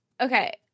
Okay